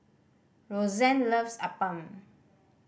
Rosanne loves appam